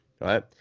Right